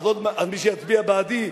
אז מי שיצביע בעדי,